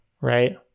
right